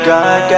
God